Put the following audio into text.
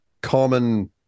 common